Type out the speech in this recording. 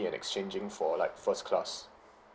and exchanging for like first class